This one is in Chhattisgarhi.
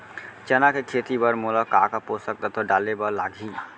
चना के खेती बर मोला का का पोसक तत्व डाले बर लागही?